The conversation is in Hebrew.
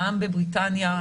גם בבריטניה,